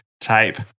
type